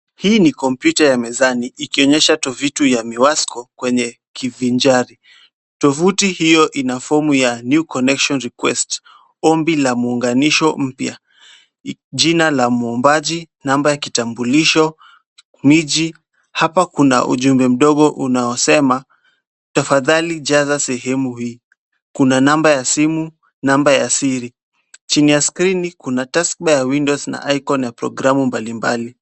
Hii ni kompyuta ya mezani. Ikionyesha tovuti ya miwasko kwenye kivinjari. Tovuti hiyo ina fomu ya New Connection Request ombi la muunganisho mpya. Jina la mwombaji, namba ya kitambulisho, miji. Hapa kuna ujumbe mdogo unaosema: Tafadhali, jaza sehemu hii. Kuna namba ya simu, namba ya siri. Chini ya skrini kuna taskbar ya Windows na icon ya programu mbalimbali.